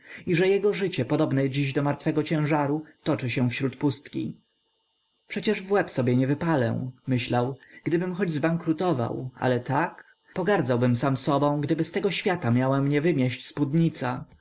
i że jego życie podobne dziś do martwego ciężaru toczy się wśród pustki przecież w łeb sobie nie wypalę myślał gdybym choć zbankrutował ale tak pogardzałbym sam sobą gdyby z tego świata miała mnie wymieść spódnica